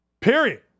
period